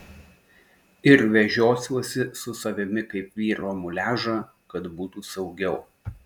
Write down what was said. ir vežiosiuosi su savimi kaip vyro muliažą kad būtų saugiau